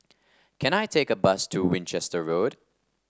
can I take a bus to Winchester Road